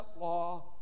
law